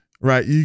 Right